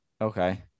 Okay